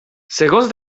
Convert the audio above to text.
segons